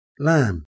lamb